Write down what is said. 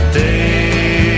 day